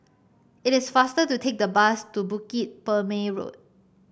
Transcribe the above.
it is faster to take the bus to Bukit Purmei Road